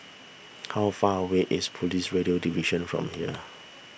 how far away is Police Radio Division from here